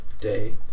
Day